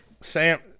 Sam